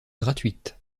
gratuites